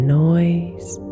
noise